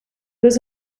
was